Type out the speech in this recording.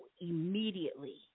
immediately